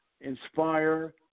inspire